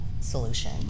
solution